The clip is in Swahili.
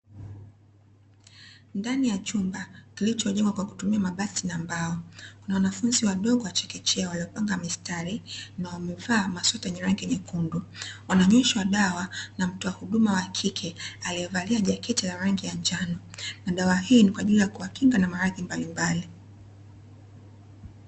Ndani ya chumba kilichojengwa kwa kutumia mabati na mbao kuna wanafunzi wadogo wa chekechea waliopanga mistari na wamevaa masweta yenye rangi nyekundu, wananyweshwa dawa na mtoa huduma wa kike aliyevalia jaketi la rangi ya njano, na dawa hii ni kwa ajili ya kuwakinga na maradhi mbalimbali.